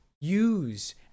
use